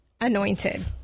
anointed